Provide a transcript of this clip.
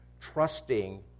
trusting